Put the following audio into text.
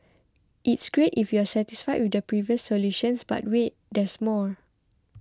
it's great if you're satisfied with the previous solutions but wait there's more